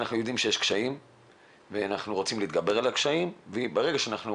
אנחנו יודעים שיש קשיים ואנחנו רוצים להתגבר עליהם וברגע שאנחנו